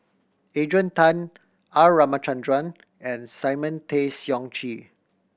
Adrian Tan R Ramachandran and Simon Tay Seong Chee